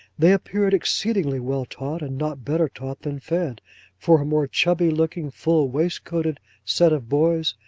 they appeared exceedingly well-taught, and not better taught than fed for a more chubby-looking full-waistcoated set of boys,